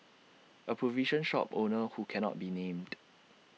A provision shop owner who cannot be named